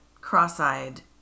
cross-eyed